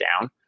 down